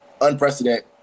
unprecedented